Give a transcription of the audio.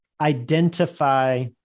identify